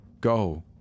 go